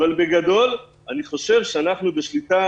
אבל בגדול אני חושב שאנחנו בשליטה